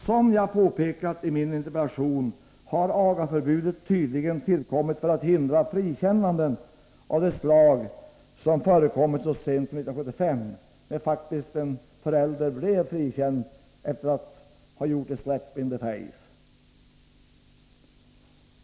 Som jag påpekat i min interpellation, har agaförbudet tydligen tillkommit för att hindra frikännanden av det slag som förekommit så sent som 1975, när faktiskt en förälder blev frikänd efter att ha gjort ett ”slap in the face”.